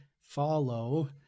follow